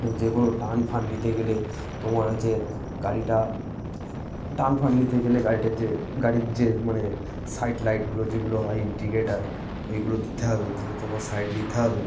এবং যে কোনো টার্ন ফাঁন নিতে গেলে তোমার আছে গাড়িটা টার্ন ফাঁন নিতে গেলে গাড়িটার যে গাড়ির যে মানে সাইড লাইটগুলো যেগুলো হয় ইনডিগেটার ওইগুলো দিতে হবে দিয়ে তোমার সাইড নিতে হবে